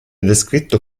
descritto